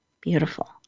Beautiful